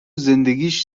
زندگیش